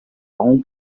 own